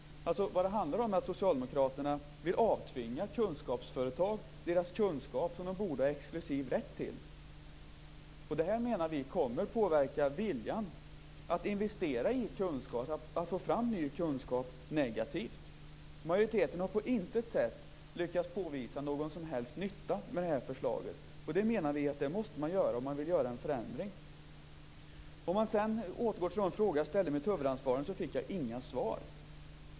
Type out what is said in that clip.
Det handlar om att Socialdemokraterna vill avtvinga kunskapsföretag deras kunskap, som de borde ha exklusiv rätt till. Det här kommer att negativt påverka viljan att investera i kunskap och viljan att få fram ny kunskap. Majoriteten har på intet sätt lyckats påvisa någon som helst nytta med det här förslaget. Vi menar att man måste göra det om man vill ha en förändring. Jag fick inga svar på de frågor jag ställde i mitt huvudanförande.